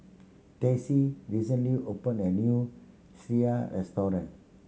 Tessie recently opened a new sireh restaurant